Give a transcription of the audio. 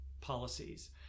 policies